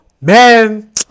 man